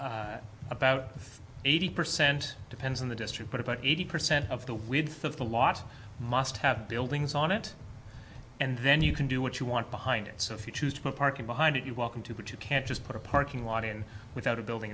first about eighty percent depends on the district but about eighty percent of the width of the lot must have buildings on it and then you can do what you want behind it so if you choose to park it behind it you're welcome to but you can't just put a parking lot in without a building